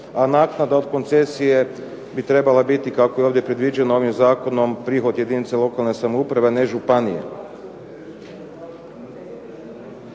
a naknada od koncesije bi trebala biti kako je ovdje predviđeno ovim zakonom prihvat jedinice lokalne samouprave, a ne županije.